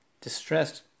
distressed